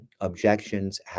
objections